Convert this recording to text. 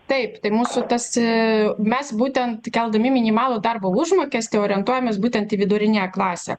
taip tai mūsų tas mes būtent keldami minimalų darbo užmokestį orientuojamės būtent į viduriniąją klasę